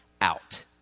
out